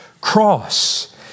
cross